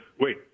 Wait